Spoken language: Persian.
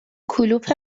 کلوپ